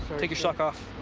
take your sock off.